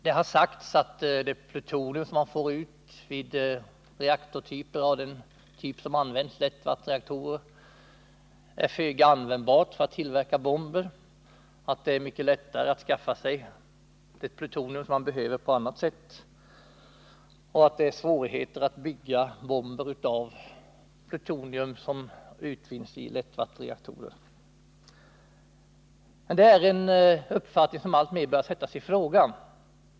Det har också sagts att det plutonium som man får ut vid reaktortyper av det slag som används — lättvattenreaktorer — är föga användbart för att tillverka bomber, att det är lättare att skaffa sig det plutonium man behöver på annat sätt och att det är svårt att bygga bomber av det plutonium som utvinnes i lättvattenreaktorer. Det är emellertid en uppfattning som alltmer börjar sättas i fråga.